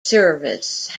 service